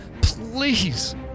please